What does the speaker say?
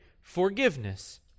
forgiveness